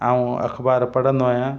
मां अख़बार पढ़ंदो आहियां